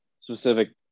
specific